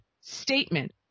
statement